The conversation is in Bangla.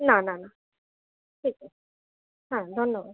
না না না ঠিক আছে হ্যাঁ ধন্যবাদ